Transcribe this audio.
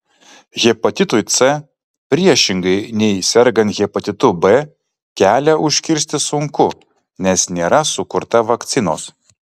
hepatitui c priešingai nei sergant hepatitu b kelią užkirsti sunku nes nėra sukurta vakcinos